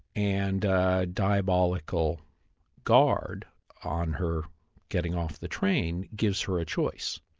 and a diabolical guard on her getting off the train gives her a choice.